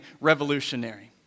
revolutionary